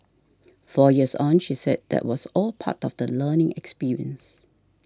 four years on she said that was all part of the learning experience